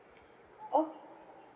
oh